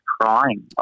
crying